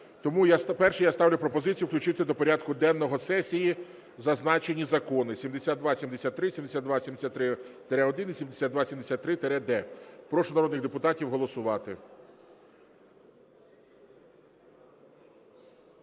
Тому, перше, я ставлю пропозицію, включити до порядку денного сесії зазначені закони 7273, 7273-1, 7372-д. Прошу народних депутатів голосувати.